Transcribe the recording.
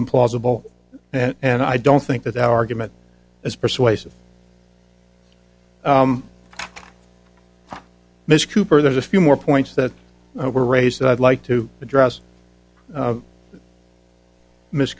implausible and i don't think that argument as persuasive miss cooper there's a few more points that were raised that i'd like to address